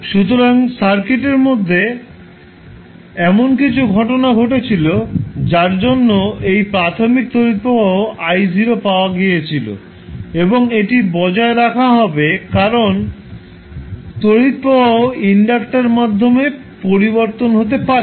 সুতরাং সার্কিটের মধ্যে এমন কিছু ঘটনা ঘটেছিল যার জন্য এই প্রাথমিক তড়িৎ প্রবাহ I0 পাওয়া গিয়েছিল এবং এটি বজায় রাখা হবে কারণ তড়িৎ প্রবাহ ইন্ডাক্টার মাধ্যমে পরিবর্তন হতে পারে না